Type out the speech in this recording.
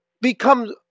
become